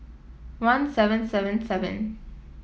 one seven seven seven